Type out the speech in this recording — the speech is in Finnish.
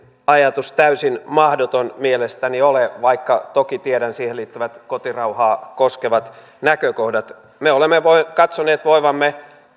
ajatus täysin mahdoton mielestäni ole vaikka toki tiedän siihen liittyvät kotirauhaa koskevat näkökohdat me olemme katsoneet voivamme